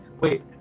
wait